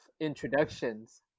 introductions